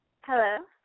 Hello